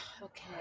okay